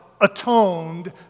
atoned